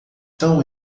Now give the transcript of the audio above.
tão